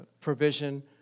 provision